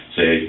say